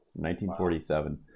1947